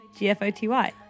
gfoty